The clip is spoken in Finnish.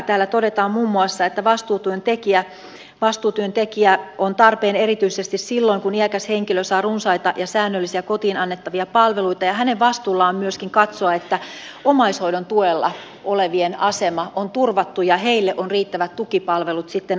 täällä todetaan muun muassa että vastuutyön tekijä on tarpeen erityisesti silloin kun iäkäs henkilö saa runsaita ja säännöllisiä kotiin annettavia palveluita ja hänen vastuullaan on myöskin katsoa että omaishoidon tuella olevien asema on turvattu ja heille on riittävät tukipalvelut sitten annettu